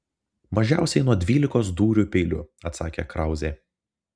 mažiausiai nuo dvylikos dūrių peiliu atsakė krauzė